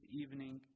evening